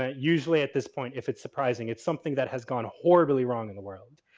ah usually at this point if it's surprising it's something that has gone horribly wrong in the world.